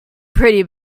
pretty